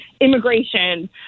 immigration